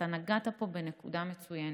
אתה נגעת פה בנקודה מצוינת.